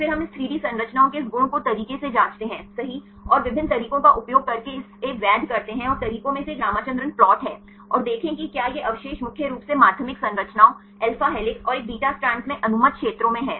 फिर हम इस 3 डी संरचनाओं के इस गुण को तरीके से जांचते हैं सही और विभिन्न तरीकों का उपयोग करके इसे वैध करते हैं और तरीकों में से एक रामचंद्रन प्लॉट है और देखें कि क्या ये अवशेष मुख्य रूप से माध्यमिक संरचनाओं अल्फा हेलिक्स और एक बीटा स्ट्रैंड्स में अनुमत क्षेत्रों में हैं